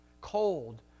cold